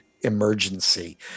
emergency